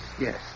yes